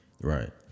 Right